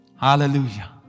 Hallelujah